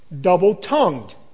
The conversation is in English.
double-tongued